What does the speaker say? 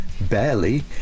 barely